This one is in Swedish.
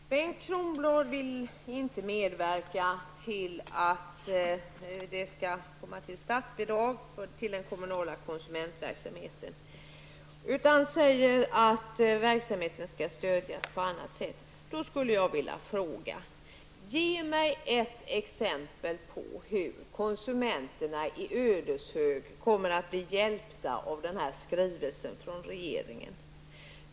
Herr talman! Bengt Kronblad vill inte medverka till att det skall utgå statsbidrag till den kommunala konsumentverksamheten. Han säger att verksamheten skall stödjas på annat sätt. Då vill jag fråga: Kan Bengt Kronblad ge mig ett enda exempel på hur konsumenterna i Ödeshög blir hjälpta genom regeringens skrivelse?